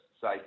say